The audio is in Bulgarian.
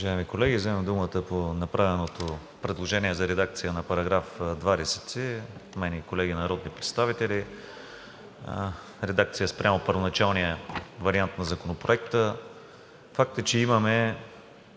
Уважаеми колеги, взимам думата по направеното предложение за редакция на § 20 от мен и колеги народни представители – редакция спрямо първоначалния вариант на Законопроекта. Факт е, че имаме